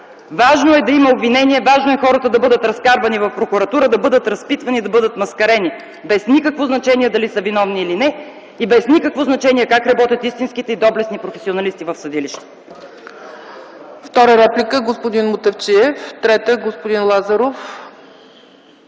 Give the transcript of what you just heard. Важно е да има обвинения, важно е хората да бъдат разкарвани в прокуратурата, да бъдат разпитвани, да бъдат маскарени, без никакво значение дали са виновни или не и без никакво значение как работят истинските и доблестните професионалисти в съдилищата!